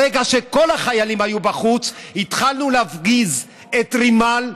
ברגע שכל החיילים היו בחוץ התחלנו להפגיז את רימל,